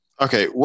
Okay